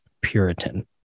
Puritan